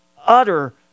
utter